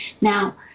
now